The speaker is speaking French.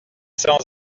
sans